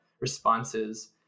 responses